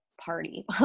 party